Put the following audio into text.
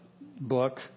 book